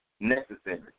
necessary